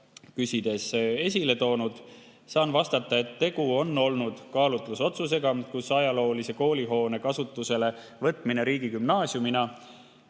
küsides esile toonud. Saan vastata, et tegu on olnud kaalutlusotsusega, kus ajaloolise koolihoone kasutusele võtmine riigigümnaasiumina